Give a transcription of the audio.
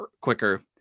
quicker